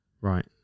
Right